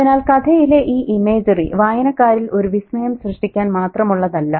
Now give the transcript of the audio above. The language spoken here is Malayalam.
അതിനാൽ കഥയിലെ ഈ ഇമേജറി വായനക്കാരിൽ ഒരു വിസ്മയം സൃഷ്ടിക്കാൻ മാത്രമുള്ളതല്ല